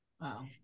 Wow